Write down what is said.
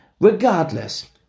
regardless